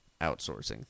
outsourcing